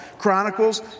Chronicles